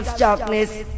Darkness